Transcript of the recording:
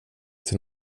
till